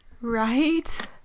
Right